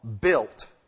built